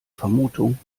vermutung